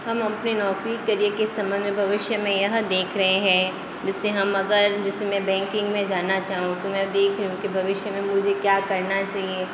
हम अपनी नौकरी करियर के संबंध में भविष्य में यह देख रहे हैं जैसे हम अगर जैसे मैं बैंकिंग में जाना चाहूँ तो मैं देख रही हूँ कि भविष्य में मुझे क्या करना चाहिए